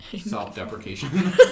self-deprecation